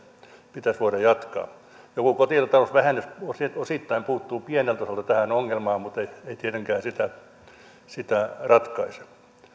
pitäisi voida jatkaa joku kotitalousvähennys osittain puuttuu pieneltä osalta tähän ongelmaan mutta ei tietenkään sitä ratkaise